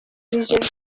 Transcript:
bijejwe